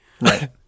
Right